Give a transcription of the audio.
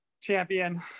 champion